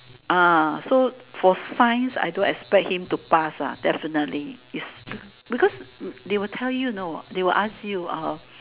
so for science I don't expect him to pass definitely is because they will tell you you know they will ask you